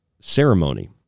ceremony